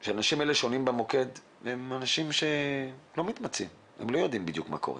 כי האנשים שעונים במוקד לא מתמצאים ולא יודעים בדיוק מה קורה,